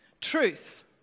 Truth